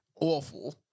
Awful